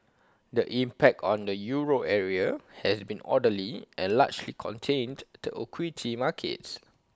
the impact on the euro area has been orderly and largely contained to equity markets